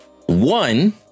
One